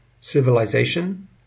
civilization